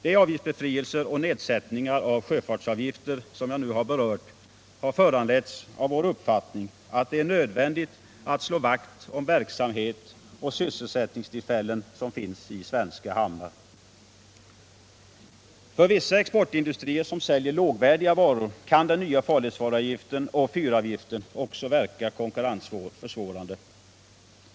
De avgiftsbefrielser och nedsättningar av sjöfartsavgifter som jag nu har berört har föranletts av vår uppfattning att det är nödvändigt att slå vakt om verksamhet och sysselsättningstillfällen som finns i svenska hamnar. För vissa exportindustrier som säljer lågvärdiga varor kan den nya farledsvaruavgiften och fyravgiften också verka konkurrensförsvårande.